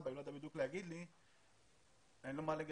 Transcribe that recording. אין לו מה להתגייס,